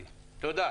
תודה.